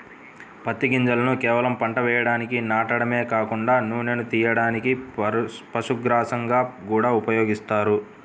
పత్తి గింజలను కేవలం పంట వేయడానికి నాటడమే కాకుండా నూనెను తియ్యడానికి, పశుగ్రాసంగా గూడా ఉపయోగిత్తన్నారు